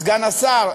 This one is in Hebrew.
סגן השר,